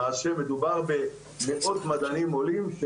למעשה מדובר במאות מדענים עולים,